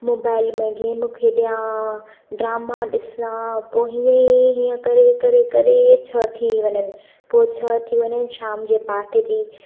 mobile में game खेॾियां drama ॾिसां पोइ हीअं ई हीअं करे करे करे छह थी वञनि पोइ छह थी वञनि शाम जे पाठ जी